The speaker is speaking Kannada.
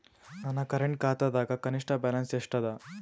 ನನ್ನ ಕರೆಂಟ್ ಖಾತಾದಾಗ ಕನಿಷ್ಠ ಬ್ಯಾಲೆನ್ಸ್ ಎಷ್ಟು ಅದ